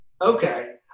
Okay